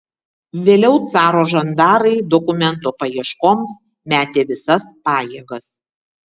vėliau caro žandarai dokumento paieškoms metė visas pajėgas